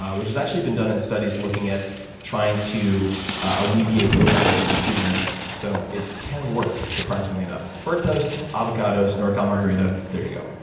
ah which has actually been done in studies looking at trying to alleviate overdose of acetaminophen. so it can work, surprisingly enough. burnt toast, avocados, norcal margarita, there you go.